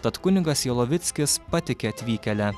tad kunigas jalovickas patiki atvykėle